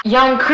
Young